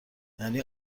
یعنی